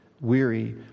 weary